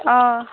آ